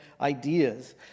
ideas